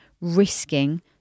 risking